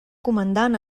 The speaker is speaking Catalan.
comandant